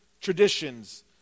traditions